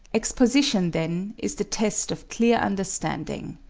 exposition, then, is the test of clear understanding.